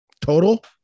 Total